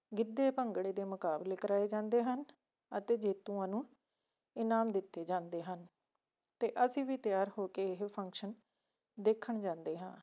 ਗਿੱਧੇ ਭੰਗੜੇ ਦੇ ਮੁਕਾਬਲੇ ਕਰਵਾਏ ਜਾਂਦੇ ਹਨ ਅਤੇ ਜੇਤੂਆਂ ਨੂੰ ਇਨਾਮ ਦਿੱਤੇ ਜਾਂਦੇ ਹਨ ਅਤੇ ਅਸੀਂ ਵੀ ਤਿਆਰ ਹੋ ਕੇ ਇਹ ਫੰਕਸ਼ਨ ਦੇਖਣ ਜਾਂਦੇ ਹਾਂ